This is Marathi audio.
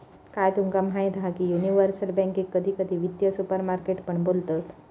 काय तुमका माहीत हा की युनिवर्सल बॅन्केक कधी कधी वित्तीय सुपरमार्केट पण बोलतत